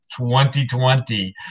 2020